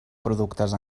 productes